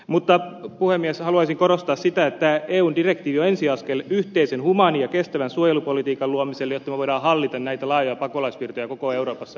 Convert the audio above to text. mutta puhemies haluaisin korostaa sitä että eun direktiivi on ensi askel yhteisen humaanin ja kestävän suojelupolitiikan luomisessa jotta me voimme yjhdessä hallita näitä laajoja pakolaisvirtoja koko euroopassa